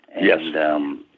Yes